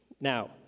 Now